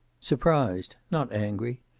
surprised. not angry.